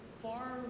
far